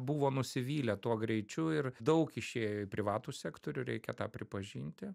buvo nusivylę tuo greičiu ir daug išėjo į privatų sektorių reikia tą pripažinti